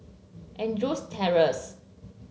Andrews Terrace